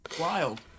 wild